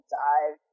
dive